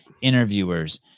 interviewers